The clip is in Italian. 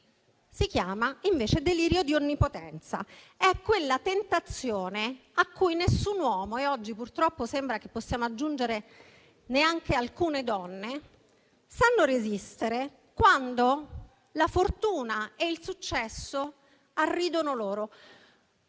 si chiama, invece, delirio di onnipotenza. È quella tentazione a cui nessun uomo, oggi, sa resistere; purtroppo, sembra che possiamo aggiungere: neanche alcune donne. È la sensazione, quando la fortuna e il successo arridono loro,